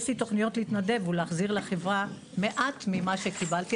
יש לי תכניות להתנדב ולהחזיר לחברה מעט ממה שקיבלתי.